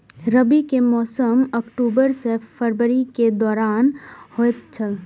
रबी के मौसम अक्टूबर से फरवरी के दौरान होतय छला